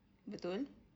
betul